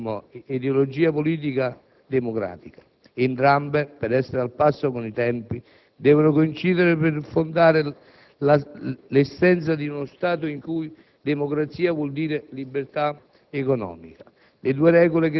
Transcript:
liberalismo è ideologia politica democratica. Entrambi, per essere al passo con i tempi, devono coincidere per fondare l'essenza di uno Stato in cui democrazia voglia dire libertà economica.